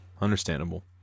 Understandable